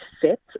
fit